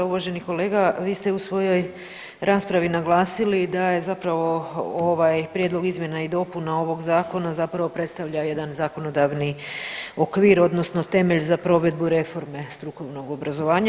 Uvaženi kolega, vi ste u svojoj raspravi naglasili da je zapravo ovaj prijedlog izmjena i dopuna ovog zakona zapravo predstavlja jedan zakonodavni okvir odnosno temelj za provedbu reforme strukovnog obrazovanja.